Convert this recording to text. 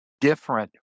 different